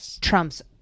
trumps